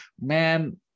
man